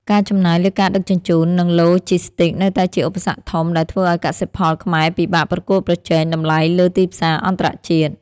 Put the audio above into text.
ការចំណាយលើការដឹកជញ្ជូន និងឡូជីស្ទីកនៅតែជាឧបសគ្គធំ ដែលធ្វើឱ្យកសិផលខ្មែរពិបាកប្រកួតប្រជែងតម្លៃលើទីផ្សារអន្តរជាតិ។